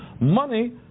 money